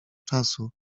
czasu